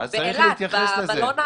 לא צריך ידע משפטי.